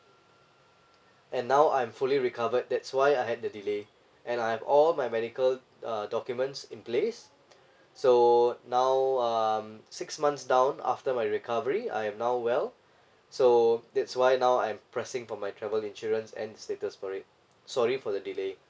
and now I'm fully recovered that's why I had the delay and I have all my medical uh documents in place so now um six months down after my recovery I have now well so that's why now I'm pressing for my travel insurance and status for it sorry for the delay